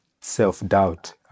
self-doubt